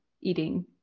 eating